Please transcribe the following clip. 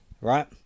Right